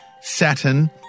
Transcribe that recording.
Saturn